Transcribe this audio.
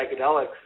psychedelics